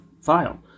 file